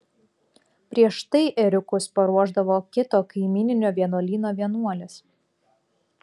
prieš tai ėriukus paruošdavo kito kaimyninio vienuolyno vienuolės